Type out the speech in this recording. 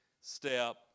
step